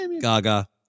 Gaga